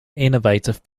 innovative